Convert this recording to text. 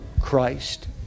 Christ